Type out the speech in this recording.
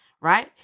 right